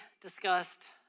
discussed